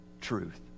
truth